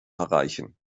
erreichen